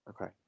Okay